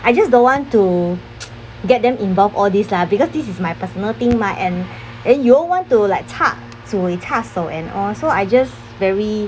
I just don't want to get them involved all these lah because this is my personal thing mah and and you all want to like cha zui cha shou and all so I just very